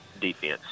defense